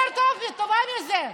יותר טובה מזה.